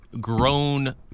grown